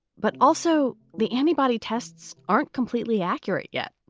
but also the antibody tests aren't completely accurate yet.